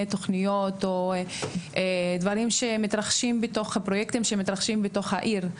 תוכניות או דברים מסוימים כמו פרויקטים שככה מתרחשים בתוך העיר.